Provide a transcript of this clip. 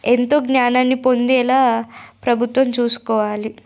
ఎంతో జ్ఞానాన్ని పొందేలా ప్రభుత్వం చూసుకోవాలి